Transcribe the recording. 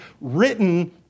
written